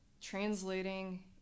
translating